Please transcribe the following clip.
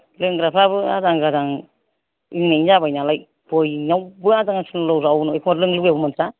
लोंग्राफोराबो आजां गाजां लोंनाय जाबाय नालाय बयनियावबो आजां गाजां एखनब्ला लोंनो मोनथारा